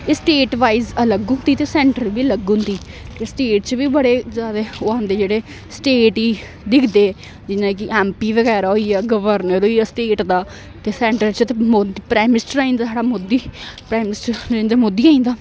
एह् स्टेट बइज अलग होंदी ते सैंटर बी अलग होंदी ते स्टेट च बी बड़े जादा ओह् आंदे जेह्ड़े स्टेट गी दिखदे जियां कि एमपी बगैरा होई गेआ गवर्नर होई गया स्टेट दा ते सैंटर च प्रइम मिनस्टर आई जंदा साढ़ा मोदी प्राईइम मिनस्टर आई जंदा मोदी आई जंदा